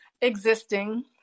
existing